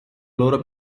loro